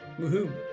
Woohoo